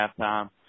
halftime